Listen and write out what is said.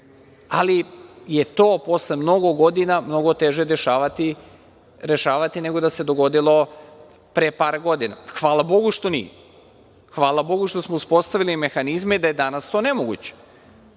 ali je to posle mnogo godina mnogo teže rešavati nego da se dogodilo pre par godina. Hvala Bogu što nije. Hvala Bogu što smo uspostavili mehanizme da je danas to nemoguće,